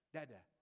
Dada